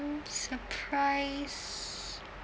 surprise